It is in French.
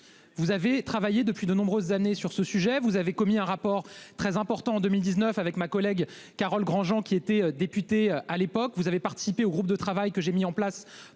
Vous avez travaillé depuis de nombreuses années sur ce sujet, vous avez commis un rapport très important en 2019 avec ma collègue Carole Granjean qui était député à l'époque vous avez participé au groupe de travail que j'ai mis en place